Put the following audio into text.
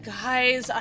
guys